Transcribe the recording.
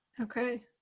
Okay